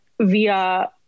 via